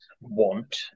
want